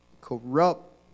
corrupt